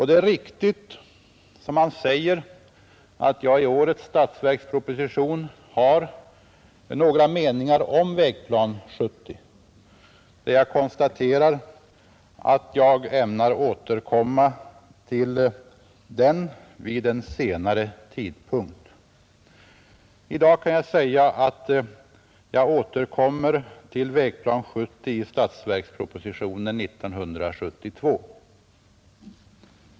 Det är riktigt, som han säger, att jag i årets statsverksproposition har skrivit några meningar om Vägplan 70, där jag konstaterar att jag ämnar återkomma till den vid en senare tidpunkt. I dag kan jag säga att jag återkommer till Vägplan 70 i statsverkspropositionen 1972.